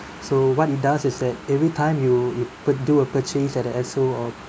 so what it does is that every time you you p~ do a purchase at the esso or